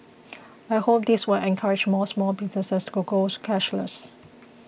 I hope this will encourage more small businesses to go cashless